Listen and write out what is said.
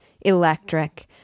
electric